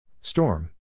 Storm